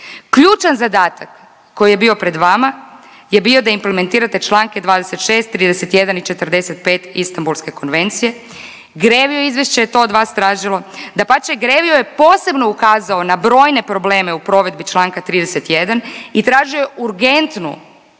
Ključan zadatak koji je bio pred vama je bio da implementirate članke 26., 31. i 45. Istambulske konvencije, Grevi izvješće je to od vas tražio. Dapače, Grevio je posebno ukazao na brojne probleme u provedbi članka 31. i tražio je urgentnu